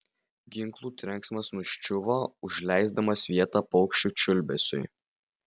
ginklų trenksmas nuščiuvo užleisdamas vietą paukščių čiulbesiui